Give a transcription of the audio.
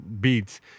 beats